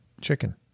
chicken